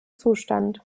zustand